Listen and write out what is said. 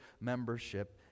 membership